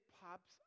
pops